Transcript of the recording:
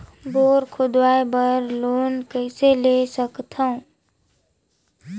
Bore खोदवाय बर loan कइसे ले सकथव?